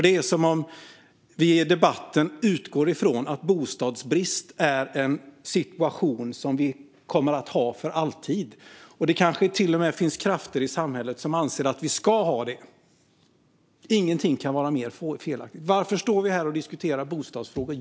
Det är som om vi i debatten utgår från att bostadsbrist är en situation som vi för alltid kommer att ha. Det kanske till och med finns krafter i samhället som anser att vi ska ha det. Ingenting kan vara mer felaktigt. Varför står vi här och diskuterar bostadsfrågor?